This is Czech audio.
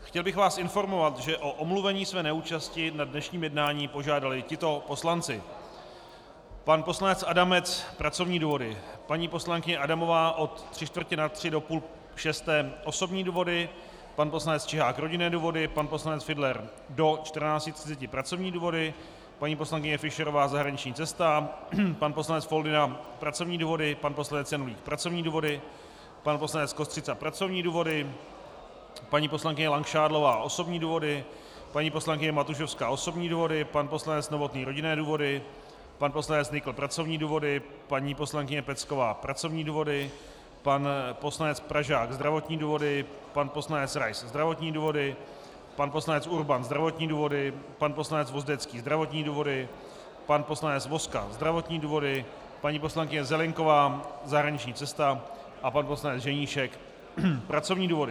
Chtěl bych vás informovat, že o omluvení své neúčasti na dnešním jednání požádali tito poslanci: pan poslanec Adamec pracovní důvody, paní poslankyně Adamová od 14.45 do 17.30 osobní důvody, pan poslanec Čihák rodinné důvody, pan poslanec Fiedler do 14.30 pracovní důvody, paní poslankyně Fischerová zahraniční cesta, pan poslanec Foldyna pracovní důvody, pan poslanec Janulík pracovní důvody, pan poslanec Kostřica pracovní důvody, paní poslankyně Langšádlová osobní důvody, paní poslankyně Matušovská osobní důvody, pan poslanec Novotný rodinné důvody, pan poslanec Nykl pracovní důvody, paní poslankyně Pecková pracovní důvody, pan poslanec Pražák zdravotní důvody, pan poslanec Rais zdravotní důvody, pan poslanec Urban zdravotní důvody, pan poslanec Vozdecký zdravotní důvody, pan poslanec Vozka zdravotní důvody, paní poslankyně Zelienková zahraniční cesta, pan poslanec Ženíšek pracovní důvody.